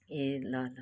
ए ल ल